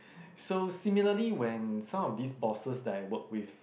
so similarly when some of these bosses that I work with